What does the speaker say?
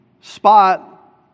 Spot